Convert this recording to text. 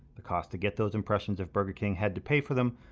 the cost to get those impressions if burger king had to pay for them,